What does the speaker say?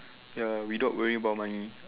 ya without worrying about money